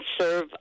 serve